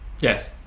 Yes